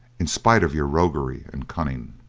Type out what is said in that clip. in spite of your roguery and cunning.